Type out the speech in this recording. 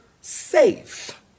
safe